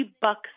bucks